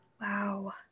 wow